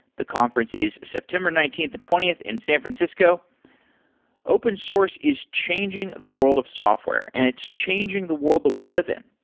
the conference is september nineteenth and twentieth in san francisco open source is changing the world of software and it's changing the world that we live in.